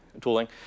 Tooling